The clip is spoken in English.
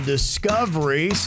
Discovery